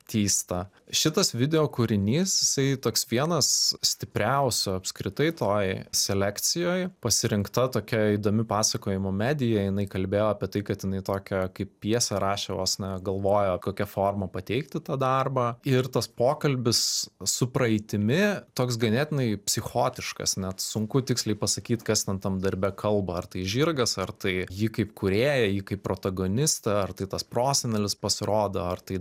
tįsta šitas videokūrinys jisai toks vienas stipriausių apskritai toj selekcijoj pasirinkta tokia įdomi pasakojimo medija jinai kalbėjo apie tai kad jinai tokią kaip pjesę rašė galvojo kokia forma pateiktų tą darbą ir tas pokalbis su praeitimi toks ganėtinai psichotiškas net sunku tiksliai pasakyt kas antram darbe kalba ar tai žirgas ar tai ji kaip kūrėja ji kaip protagonistė ar tai tas prosenelis pasirodo ar tai